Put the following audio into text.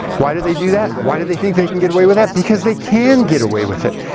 why do they do that? why do they think they can get away with that? because they can get away with it.